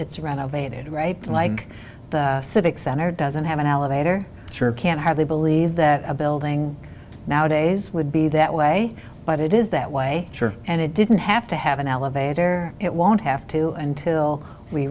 it's renovated right like the civic center doesn't have an elevator can hardly believe that a building nowadays would be that way but it is that way and it didn't have to have an elevator it won't have to until we